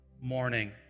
morning